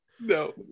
No